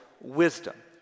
wisdom